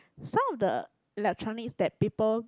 some of the electronics that people